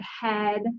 head